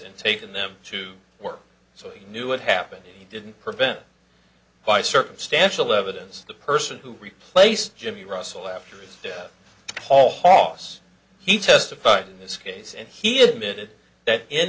and taken them to work so he knew what happened he didn't prevent by circumstantial evidence the person who replaced jimmy russell after his death paul hawse he testified in this case and he admitted that in